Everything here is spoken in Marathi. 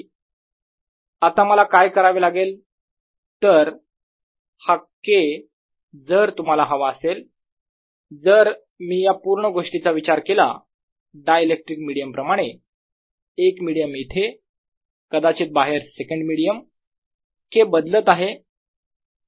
Kfree आता मला काय करावे लागेल तर हा K जर तुम्हाला हवा असेल जर मी या पूर्ण गोष्टीचा विचार केला डायइलेक्ट्रिक मिडीयम प्रमाणे - एक मिडीयम इथे कदाचित बाहेर सेकंड मिडीयम K बदलत आहे